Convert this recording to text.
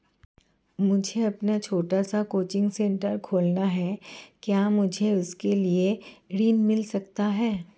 मुझे अपना छोटा सा कोचिंग सेंटर खोलना है क्या मुझे उसके लिए ऋण मिल सकता है?